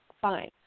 fine